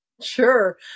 Sure